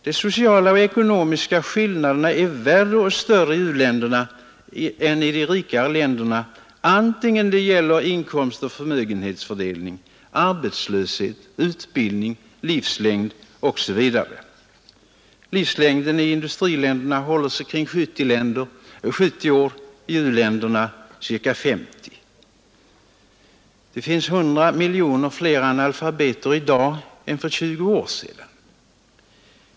De sociala och ekonomiska skillnaderna är värre och större i u-länderna än i de rikare länderna, vare sig det gäller inkomstoch förmögenhetsfördelning eller arbetslöshet, utbildning, livslängd osv. Livslängden i industriländerna håller sig kring 70 år och i u-länderna kring 50 år. Det finns 100 miljoner fler analfabeter i dag än för 20 år sedan.